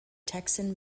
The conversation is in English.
texan